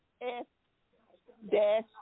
S-dash